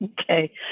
Okay